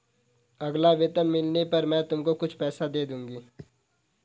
अगला वेतन मिलने पर मैं तुमको कुछ पैसे दे दूँगी